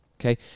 Okay